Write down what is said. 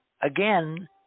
again